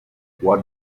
what